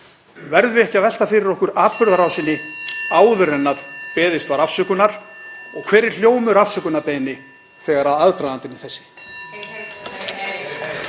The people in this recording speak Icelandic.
Verðum við ekki að velta fyrir okkur atburðarásinni áður en beðist afsökunar og hver er hljómur afsökunarbeiðni þegar aðdragandann er þessi?